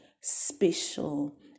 special